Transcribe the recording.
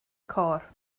côr